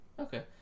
okay